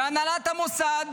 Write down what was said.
והנהלת המוסד